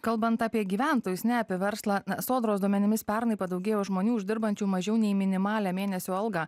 kalbant apie gyventojus ne apie verslą sodros duomenimis pernai padaugėjo žmonių uždirbančių mažiau nei minimalią mėnesio algą